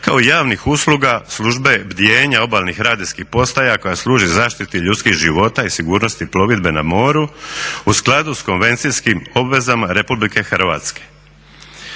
kao i javnih usluga Službe bdijenja obalnih radijskih postaja koja služi zaštiti ljudskih života i sigurnosti plovidbe na moru u skladu sa konvencijskim obvezama RH.